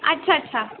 अच्छा अच्छा